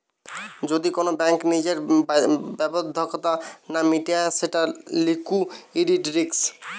যদি কোন ব্যাঙ্ক নিজের বাধ্যবাধকতা না মিটায় সেটা লিকুইডিটি রিস্ক